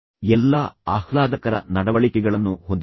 ಎಲ್ಲಾ ಆಹ್ಲಾದಕರ ನಡವಳಿಕೆಗಳನ್ನು ಹೊಂದಿದ್ದರು